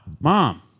Mom